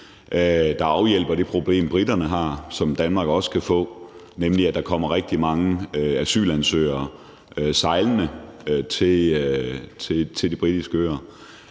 der afhjælper det problem, briterne har, som Danmark også kan få, nemlig at der kommer rigtig mange asylansøgere sejlende til De Britiske Øer.